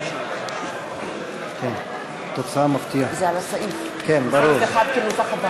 חברי הכנסת, כאמור, המליאה דחתה את כל